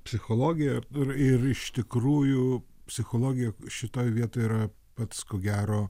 psichologiją ir iš tikrųjų psichologija šitoj vietoj yra pats ko gero